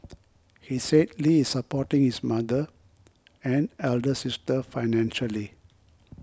he said Lee is supporting his mother and elder sister financially